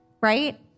right